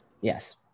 Yes